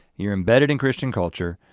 you're embedded in christian culture.